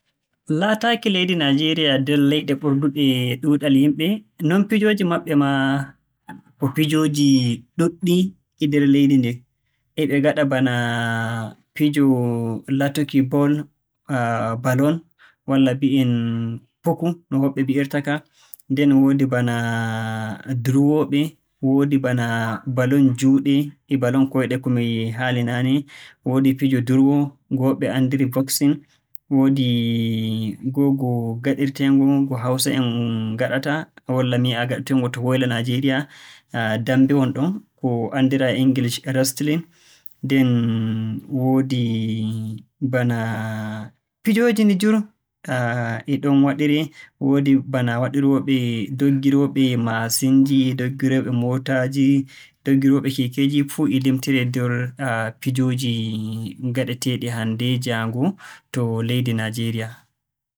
Min yiɗi fiyugo fijirle kosɗe. Hanjum ɓuri welugo bo ɓuri hosugo hakkilo himɓe. Ɓurna fiyoɓe men fuu waɗi innde haa duniyaro Football. Ngam may a laaran min ɗo mari mawɓe mawɓe ɓe fajita fijirle kosɗe haa teamji manga manga haa duniyaro. Wala fijirle ɗum ɓuri dasugo hakkilo bana fijirle kosɗe.